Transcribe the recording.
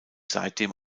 seitdem